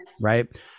right